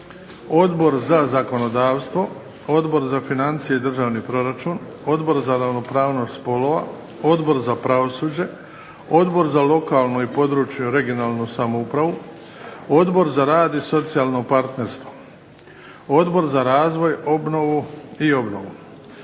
Odbor za zakonodavstvo, Odbor za financije i državni proračun, Odbor za ravnopravnost spolova, Odbor za pravosuđe, Odbor za lokalnu i područnu (regionalnu) samoupravu, Odbor za rad i socijalno partnerstvo, Odbor za razvoj i obnovu.